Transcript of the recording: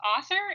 author